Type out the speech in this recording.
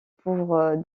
pour